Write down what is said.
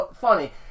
funny